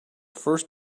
first